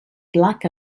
black